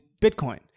Bitcoin